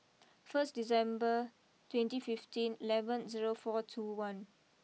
first December twenty fifteen eleven zero four two one